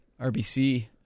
RBC